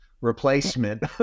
replacement